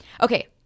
okay